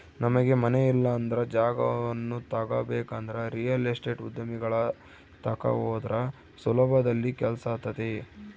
ನಮಗೆ ಮನೆ ಇಲ್ಲಂದ್ರ ಜಾಗವನ್ನ ತಗಬೇಕಂದ್ರ ರಿಯಲ್ ಎಸ್ಟೇಟ್ ಉದ್ಯಮಿಗಳ ತಕ ಹೋದ್ರ ಸುಲಭದಲ್ಲಿ ಕೆಲ್ಸಾತತೆ